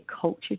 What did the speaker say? culture